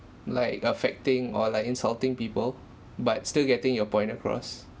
like affecting or like insulting people but still getting your point across